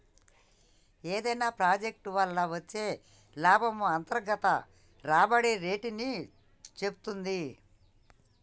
ఏదైనా ప్రాజెక్ట్ వల్ల వచ్చే లాభము అంతర్గత రాబడి రేటుని సేప్తుంది